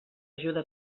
ajuda